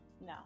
no